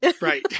right